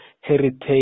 Heritage